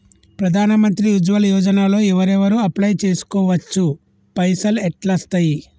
ప్రధాన మంత్రి ఉజ్వల్ యోజన లో ఎవరెవరు అప్లయ్ చేస్కోవచ్చు? పైసల్ ఎట్లస్తయి?